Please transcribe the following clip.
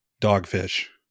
dogfish